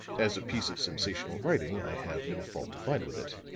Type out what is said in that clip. as a piece of sensational writing, i have no fault to find with it,